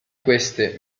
queste